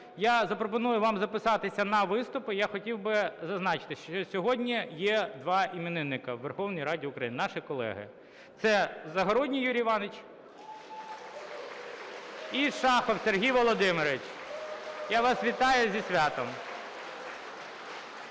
я запропоную вам записатися на виступи, я хотів би зазначити, що сьогодні є два іменинника у Верховній Раді України наші колеги – це Загородній Юрій Іванович і Шахов Сергій Володимирович. Я вас вітаю зі святом!